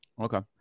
Okay